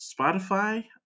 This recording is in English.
spotify